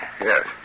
Yes